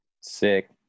Sick